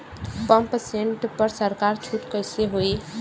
Pump set पर सरकार छूट कईसे होई?